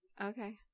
okay